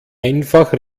einfach